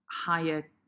higher